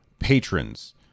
Patrons